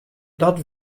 dat